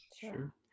Sure